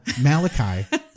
Malachi